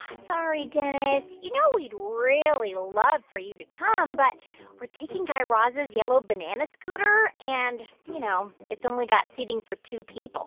sorry, dennis. you know we'd really love for you to come, but we're taking guy raz's yellow banana scooter and, you know, it's only got seating for two people